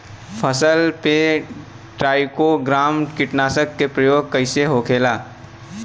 फसल पे trichogramma कीटनाशक के प्रयोग कइसे होखेला?